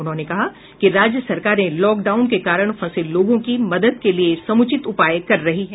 उन्होंने कहा कि राज्य सरकारें लॉकडाउन के कारण फंसे लोगों की मदद के लिए समुचित उपाय कर रही है